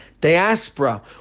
diaspora